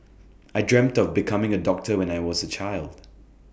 I dreamt of becoming A doctor when I was A child